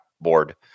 board